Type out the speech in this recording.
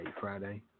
Friday